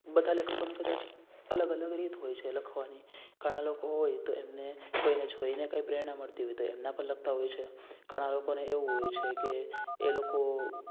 બધાં લેખકોની કદાચ અલગ અલગ રીત હોય છે લખવાની ઘણાં લોકો હોય તો એમને કોઈને જોઈને કંઈ પ્રેરણા મળતી હોય તો એમના પર લખતાં હોય છે ઘણાં લોકોને એવું હોય છેકે એ લોકો